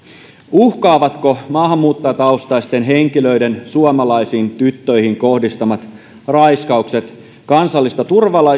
uhkaavatko maahanmuuttajataustaisten henkilöiden suomalaisiin tyttöihin kohdistamat raiskaukset kansallista